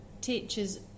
teachers